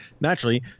naturally